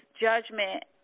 judgment